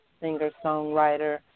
singer-songwriter